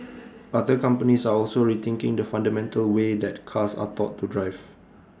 other companies are also rethinking the fundamental way that cars are taught to drive